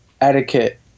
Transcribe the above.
etiquette